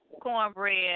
cornbread